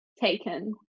taken